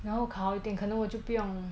然后我考一定可能我就不用